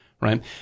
right